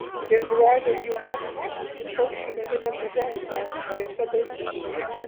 ir broilerių mėsa skani juk paukščiai namines daržoves lesa o jose daug vitaminų